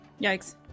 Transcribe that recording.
yikes